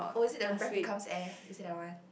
oh is it the breath becomes air is it that one